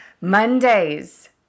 Mondays